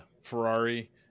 Ferrari